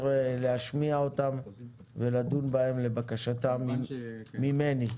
להשמיע אותן ולדון בהן לבקשתם ממני.